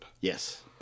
Yes